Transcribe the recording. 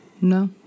No